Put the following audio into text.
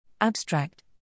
Abstract